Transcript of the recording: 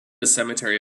cemetery